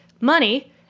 money